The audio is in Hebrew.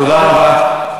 תודה רבה.